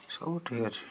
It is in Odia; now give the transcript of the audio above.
ସବୁ ଠିକ୍ ଅଛେ